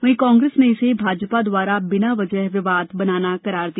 वहीं कांग्रेस ने इसे भाजपा द्वारा बिना वजह विवाद बनाना करार दिया